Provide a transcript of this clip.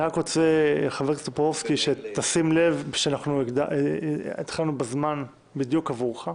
אני רק רוצה שתשים לב שאנחנו התחלנו בזמן בדיוק עבורך.